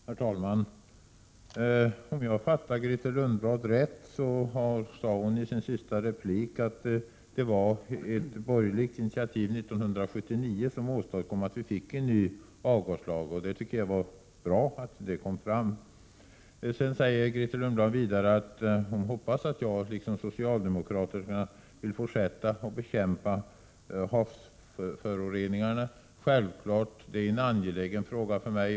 Herr talman! Om jag uppfattade Grethe Lundblads inlägg riktigt, menade hon att det var ett borgerligt initiativ 1979 som föranledde den nya avgaslagen. Det var bra att detta kom fram. Vidare sade Grethe Lundblad att hon hoppas att jag liksom socialdemokraterna vill fortsätta att bekämpa havsföroreningarna. Självfallet är det en angelägen fråga för mig.